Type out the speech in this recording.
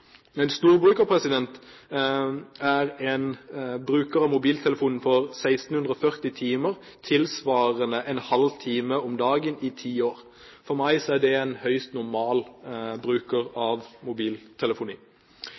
En storbruker er en bruker av mobiltelefon i 1 640 timer, tilsvarende en halv time om dagen i ti år. For meg er det en høyst normal bruker av mobiltelefoni.